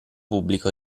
pubblico